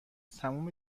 تموم